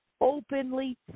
openly